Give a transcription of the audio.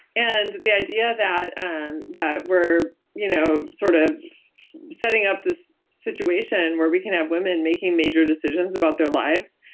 and the idea that and that we're you know sort of setting up this situation where we can have women making major decisions about their lives,